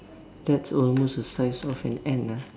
that's almost the size of an ant ah